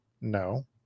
no